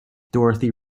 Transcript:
dorothy